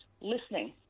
listening